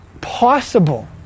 possible